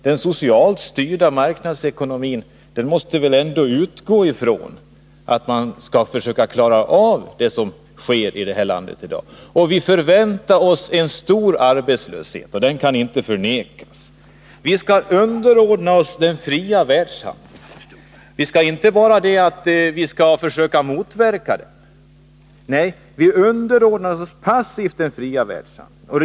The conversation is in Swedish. Den socialt styrda marknadsekonomin måste väl ändå utgå ifrån att man skall försöka lösa de problem som finns i det här landet i dag. Vi väntar oss en stor arbetslöshet, det kan ingen förneka. I det läget skall vi alltså underordna oss den fria världshandeln. Det är inte fråga om att vi skall försöka motverka den, utan vi skall passivt underordna oss den fria världshandeln.